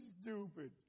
stupid